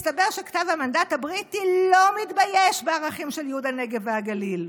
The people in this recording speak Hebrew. מסתבר שכתב המנדט הבריטי לא מתבייש בערכים של ייהוד הנגב והגליל,